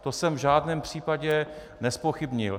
To jsem v žádném případě nezpochybnil.